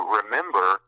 remember